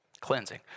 Cleansing